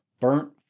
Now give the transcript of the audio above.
burnt